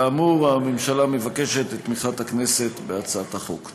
כאמור, הממשלה מבקשת את תמיכת הכנסת בהצעת החוק.